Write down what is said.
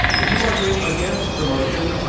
the team argu ing against the motion,